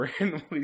randomly